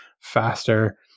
faster